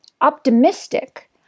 optimistic